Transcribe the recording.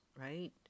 right